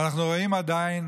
ואנחנו עדיין